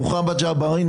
מוחמד ג'בארין,